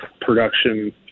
production